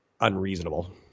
unreasonable